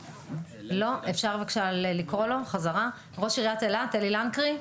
ראש עיריית אילת, אלי לנקרי,